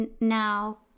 now